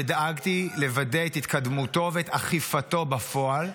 ודאגתי לוודא את התקדמותו ואת אכיפתו בפועל,